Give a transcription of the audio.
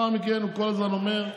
לאחר מכן, הוא כל הזמן אומר,